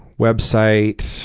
website